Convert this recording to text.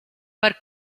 per